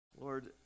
Lord